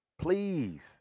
Please